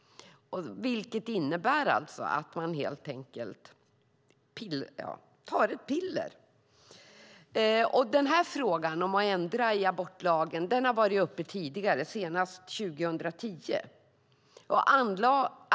Medicinsk abort innebär helt enkelt att kvinnan tar ett piller. Frågan om att ändra i abortlagen har varit uppe tidigare, senast 2010.